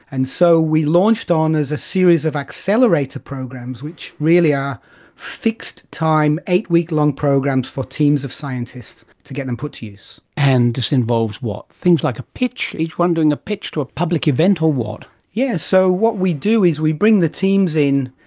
and so we launched on as a series of accelerator programs which really are fixed-time eight-week long programs for teams of scientists to get them put to use. and this involves what? things like a pitch, each one doing a pitch to a public event, or what? yes, so what we do is we bring the teams in,